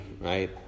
right